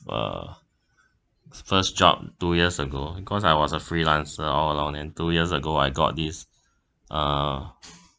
uh first job two years ago because I was a freelancer all along and two years ago I got this uh